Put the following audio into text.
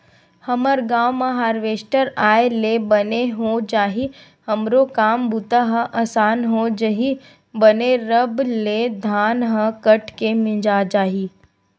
हमर गांव म हारवेस्टर आय ले बने हो जाही हमरो काम बूता ह असान हो जही बने रब ले धान ह कट के मिंजा जाही